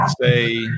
say